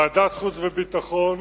ועדת החוץ והביטחון